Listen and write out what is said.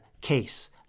case